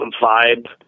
vibe